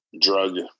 Drug